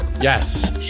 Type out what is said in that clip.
Yes